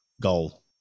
goal